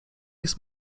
jest